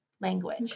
language